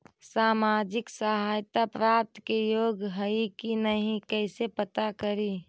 सामाजिक सहायता प्राप्त के योग्य हई कि नहीं कैसे पता करी?